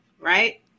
right